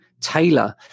tailor